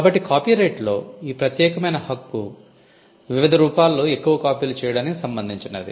కాబట్టి కాపీరైట్లో ఈ ప్రత్యేకమైన హక్కు వివిధ రూపాల్లో ఎక్కువ కాపీలు చేయడానికి సంబంధించినది